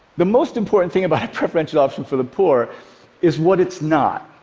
the most important thing about a preferential option for the poor is what it's not.